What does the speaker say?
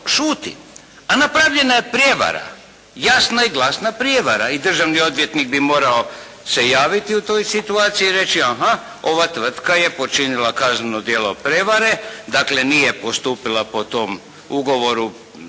A napravljena je prijevara, jasna i glasna prijevara i državni odvjetnik bi morao se javiti u toj situaciji i reći ova tvrtka je počinila kazneno djelo prijevare, dakle nije postupila po tom ugovoru